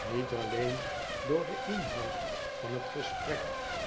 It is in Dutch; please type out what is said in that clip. niet alleen door den inhoud van het gesprek